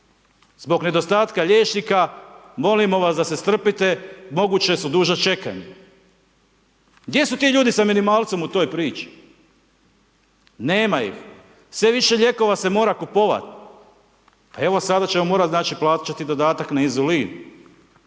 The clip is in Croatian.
zbog nedostatka liječnika molimo vas da se strpite moguća su duža čekanja. Gdje su ti ljudi sa minimalcem u toj priči? Nema ih. Sve više lijekova se mora kupovati. Pa evo sada ćemo znači plaćati dodatak na inzulin.